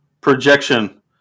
projection